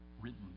Written